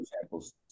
examples